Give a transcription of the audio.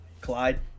clyde